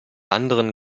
anderen